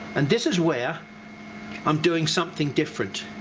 and this is where i'm doing something different.